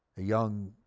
a young,